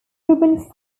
ribbon